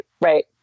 right